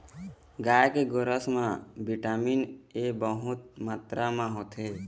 गाय के गोरस म बिटामिन ए बहुत मातरा म होथे